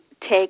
take